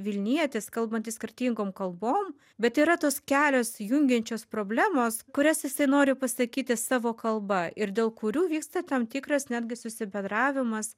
vilnietis kalbantis skirtingom kalbom bet yra tos kelios jungiančios problemos kurias jisai nori pasakyti savo kalba ir dėl kurių vyksta tam tikras netgi susibendravimas